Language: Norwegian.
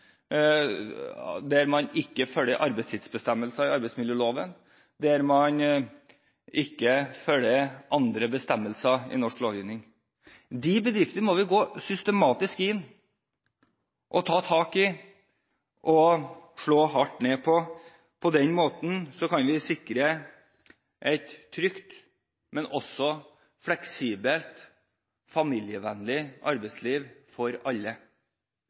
man ikke følger arbeidstidsbestemmelsene i arbeidsmiljøloven, og at man ikke følger andre bestemmelser i norsk lovgivning. De bedriftene må vi gå systematisk inn i, ta tak i og slå hardt ned på. På den måten kan vi sikre et trygt, men også fleksibelt, familievennlig arbeidsliv for alle,